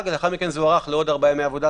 ולאחר מכן זה הוארך לעוד 4 ימי עבודה,